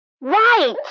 Right